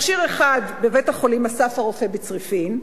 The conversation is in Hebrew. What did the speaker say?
מכשיר אחד בבית-החולים "אסף הרופא" בצריפין,